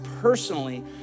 personally